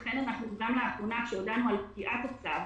לכן גם לאחרונה כשהודענו על פקיעת הצו